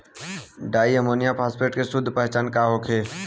डाई ammonium phosphate के शुद्ध पहचान का होखे?